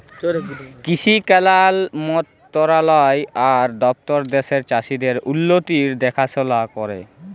কিসি কল্যাল মলতরালায় আর দপ্তর দ্যাশের চাষীদের উল্লতির দেখাশোলা ক্যরে